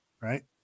right